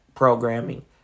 programming